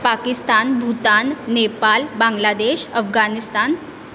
Pakistan Bhutan Nepal Bangladesh Afghanistan